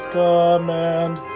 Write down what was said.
command